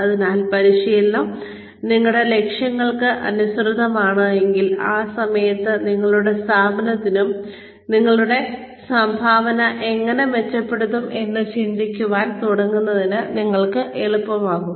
അതിനാൽ പരിശീലനം നിങ്ങളുടെ ലക്ഷ്യങ്ങൾക്ക് അനുസൃതമാണെങ്കിൽ ആ സമയത്ത് നിങ്ങളുടെ സ്ഥാപനത്തിനും നിങ്ങളുടെ സംഭാവന എങ്ങനെ മെച്ചപ്പെടുത്തും എന്ന് ചിന്തിക്കാൻ തുടങ്ങുന്നത് നിങ്ങൾക്ക് എളുപ്പമാകും